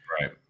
Right